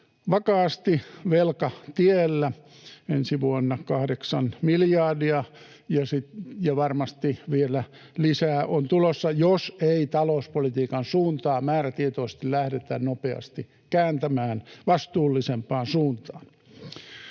vakaasti velkatiellä — ensi vuonna 8 miljardia ja varmasti vielä lisää on tulossa, jos ei talouspolitiikan suuntaa määrätietoisesti lähdetä nopeasti kääntämään vastuullisempaan suuntaan.